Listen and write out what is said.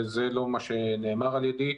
וזה לא מה שנאמר על ידי.